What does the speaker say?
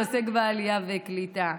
שעוסק בעלייה ובקליטה.